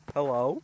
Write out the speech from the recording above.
Hello